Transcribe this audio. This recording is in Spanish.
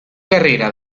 carrera